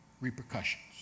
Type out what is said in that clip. repercussions